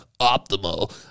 optimal